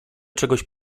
czegoś